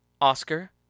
Oscar